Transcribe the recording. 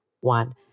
one